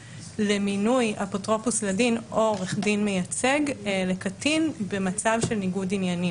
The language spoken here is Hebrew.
למינוי אפוטרופוס לדין או עורך דין מייצג לקטין במצב של ניגוד עניינים.